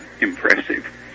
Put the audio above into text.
impressive